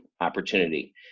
opportunity